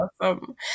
Awesome